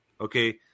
Okay